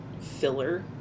filler